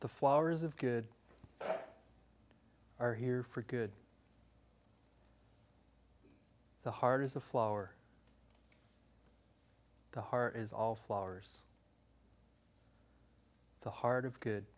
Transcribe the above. the flowers of good are here for good the hard as a flower the heart is all flowers the heart of good